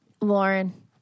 Lauren